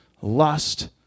lust